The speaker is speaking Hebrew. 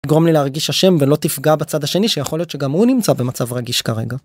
גרום לי להרגיש השם ולא תפגע בצד השני שיכול להיות שגם הוא נמצא במצב רגיש כרגע.